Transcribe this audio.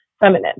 feminine